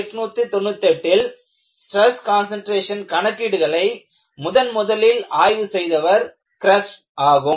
1898ல் stress concentration கணக்கீடுகளை முதன்முதலில் ஆய்வு செய்தவர் கிரஸ்ச் ஆகும்